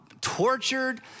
tortured